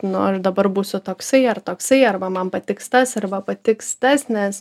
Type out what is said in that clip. nu aš dabar būsiu toksai ar toksai arba man patiks tas arba patiks tas nes